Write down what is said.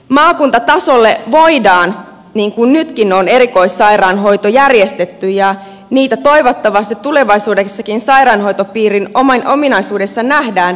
maakuntatasolle voidaan niin kun nytkin erikoissairaanhoito järjestää ja sitä toivottavasti tulevaisuudessakin sairaanhoitopiirin ominaisuudessa nähdään